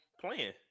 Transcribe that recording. playing